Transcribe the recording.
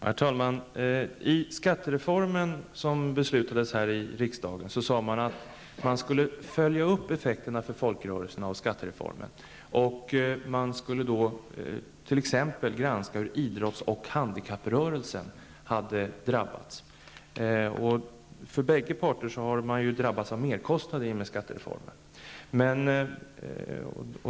Herr talman! I skattereformen, som beslutades här i riksdagen, sades det att man skulle följa upp effekterna av den för folkrörelserna. Man skulle t.ex. granska hur idrotts och handikapprörelsen hade drabbats. Det visar sig att bägge parter har drabbats av merkostnader genom skattereformen.